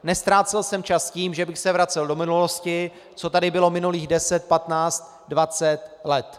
Neztrácel jsem čas tím, že bych se vracel do minulosti, co tady bylo minulých 10, 15, 20 let.